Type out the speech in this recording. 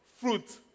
fruit